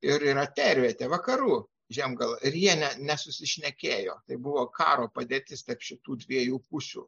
ir yra tervietė vakarų žiemgala ir jie ne nesusišnekėjo tai buvo karo padėtis tarp šitų dviejų pusių